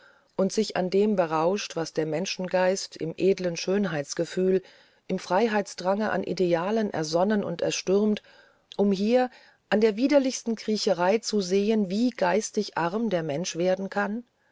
und sich an dem berauscht was der menschengeist im edlen schönheitsgefühl im freiheitsdrange an idealen ersonnen und erstürmt um hier an der widerlichsten kriecherei zu sehen wie geistig arm der mensch werden kann